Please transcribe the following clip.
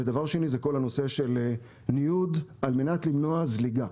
ודבר שני זה כל הנושא של ניוד על מנת למנוע זליגה,